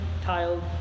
tiled